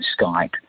Skype